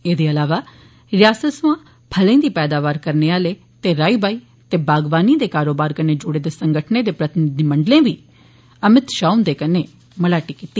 एदे अलावा रियासत सोआं फलें दी पैदावार करने आले ते राईबाई ते बागवानी दे कारोबार कन्नै जुड़े दे संगठनें दे प्रतिनिधिएं बी शाह हुंदे कन्नै मलाटी कीती